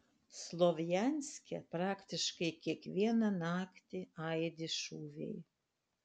slovjanske praktiškai kiekvieną naktį aidi šūviai